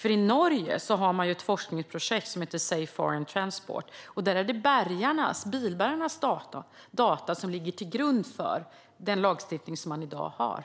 I Norge finns forskningsprojektet Safe Foreign Transport, och där är det bilbärgarnas data som ligger till grund för den lagstiftning som finns i dag.